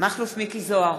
מכלוף מיקי זוהר,